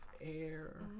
air